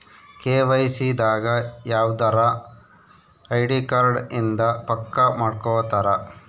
KYC ದಾಗ ಯವ್ದರ ID card ಇಂದ ಪಕ್ಕ ಮಾಡ್ಕೊತರ